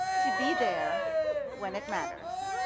to be there when it matters